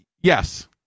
yes